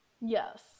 Yes